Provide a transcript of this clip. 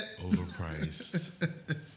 Overpriced